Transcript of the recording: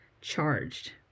charged